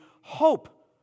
hope